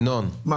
ינון, אני